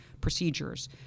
procedures